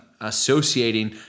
associating